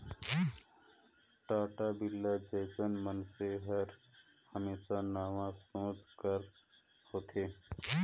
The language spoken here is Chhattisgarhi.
टाटा, बिरला जइसन मइनसे हर हमेसा नावा सोंच कर होथे